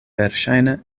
verŝajne